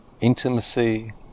intimacy